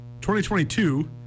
2022